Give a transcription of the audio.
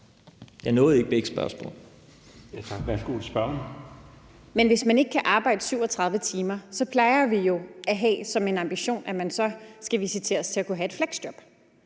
Victoria Velasquez (EL): Men hvis man ikke kan arbejde 37 timer, plejer vi jo at have som ambition, at man så skal visiteres til at kunne have et fleksjob.